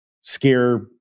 scare